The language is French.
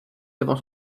devant